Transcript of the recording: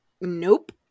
nope